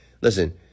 Listen